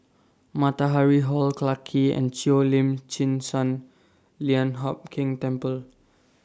Matahari Hall Clarke Quay and Cheo Lim Chin Sun Lian Hup Keng Temple